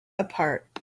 apart